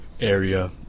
area